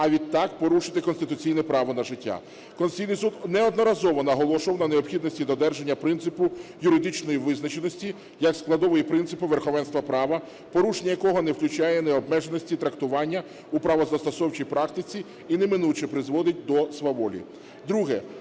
а відтак, порушити конституційне право на життя. Конституційний Суд неодноразово наголошував на необхідності додержання принципу юридичної визначеності як складової принципу верховенства права, порушення якого не включає необмеженості трактування у правозастосовчій практиці і неминуче призводить до сваволі.